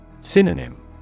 Synonym